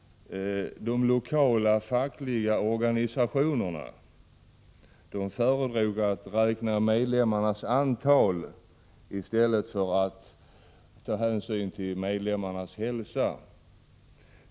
De lokala fackliga organisationerna föredrog att räkna medlemmarnas antal i stället för att ta hänsyn till medlemmarnas hälsa.